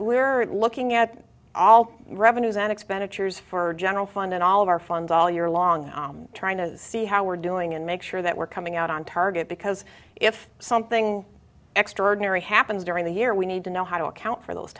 are looking at all revenues and expenditures for general fund and all of our funds all year long trying to see how we're doing and make sure that we're coming out on target because if something extraordinary happens during the year we need to know how to account for those